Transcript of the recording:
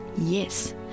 Yes